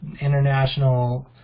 international